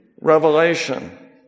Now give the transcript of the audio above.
Revelation